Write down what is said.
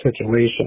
situation